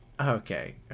Okay